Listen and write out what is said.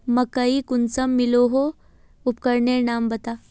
मकई कुंसम मलोहो उपकरनेर नाम बता?